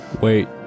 wait